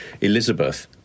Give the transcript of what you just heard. Elizabeth